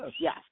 Yes